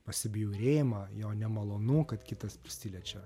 pasibjaurėjimą jo nemalonu kad kitas prisiliečiau